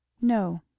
No